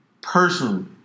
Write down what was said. Personally